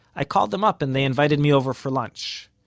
i called them up and they invited me over for lunch.